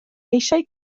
eisiau